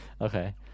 Okay